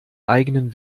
eigenen